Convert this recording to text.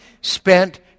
spent